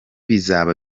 bizaba